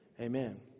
Amen